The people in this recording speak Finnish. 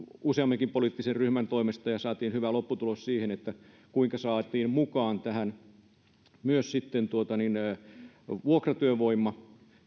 useammankin poliittisen ryhmän toimesta ja saatiin hyvä lopputulos siinä kuinka saatiin tähän mukaan myös vuokratyövoima